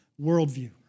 worldview